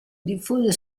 diffuse